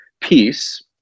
peace